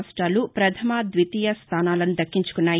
రాష్ట్రాలు వధమ ద్వితీయ స్థానాలను దక్కించుకున్నాయి